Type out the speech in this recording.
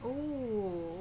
oh